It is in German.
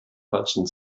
falschen